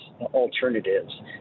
alternatives